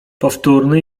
powtórny